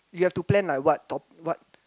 you have to plan like what top~ what